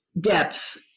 depth